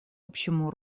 общему